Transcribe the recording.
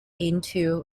into